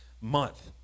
month